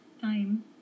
time